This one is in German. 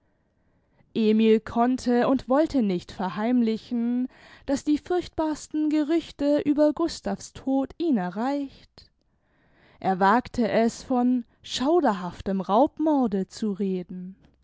emil konnte und wollte nicht verheimlichen daß die furchtbarsten gerüchte über gustav's tod ihn erreicht er wagte es von schauderhaftem raubmorde zu reden